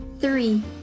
three